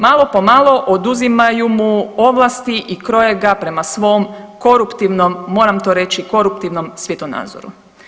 Malo po malo oduzimaju mu ovlasti i kroje ga prema svom koruptivnom, moram to reći, koruptivnom svjetonazoru.